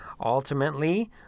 Ultimately